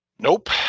Nope